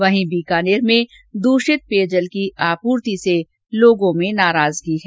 वहीं बीकानेर में दूषित पेयजल की आपूर्ति से लोगों में नाराजगी है